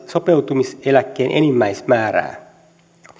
sopeutumiseläkkeen enimmäismäärää